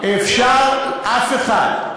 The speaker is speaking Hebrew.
אף אחד.